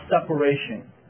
separation